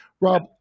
Rob